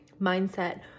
mindset